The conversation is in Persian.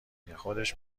گه، خودش